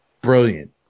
brilliant